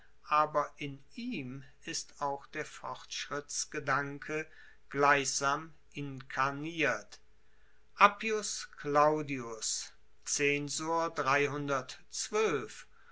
aber in ihm ist auch der fortschrittsgedanke gleichsam inkarniert appius claudius zensor